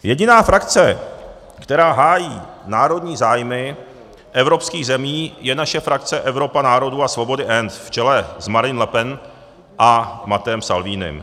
Jediná frakce, která hájí národní zájmy evropských zemí, je naše frakce Evropa národů a svobody ENF v čele s Marine Le Pen a Matteem Salvinim.